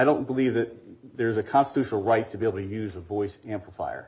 don't believe that there's a constitutional right to be able to use a voice amplifier